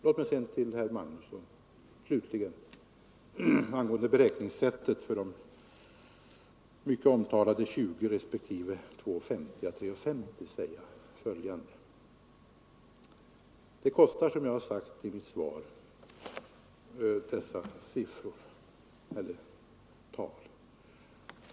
Låt mig sedan till herr Magnusson i Kristinehamn angående beräkningssättet för de mycket omtalade 20 respektive 2:50-3:50 kronorna säga följande: Det kostar, som jag har sagt i mitt svar, så här mycket.